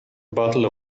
bottle